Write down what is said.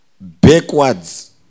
backwards